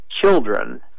children